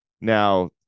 Now